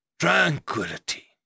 Tranquility